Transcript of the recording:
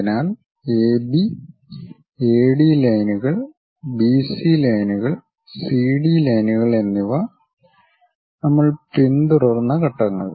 അതിനാൽ AB AD ലൈനുകൾ BC ലൈനുകൾ സിഡി ലൈനുകൾ എന്നിവ നമ്മൾ പിന്തുടർന്ന ഘട്ടങ്ങൾ